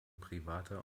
privater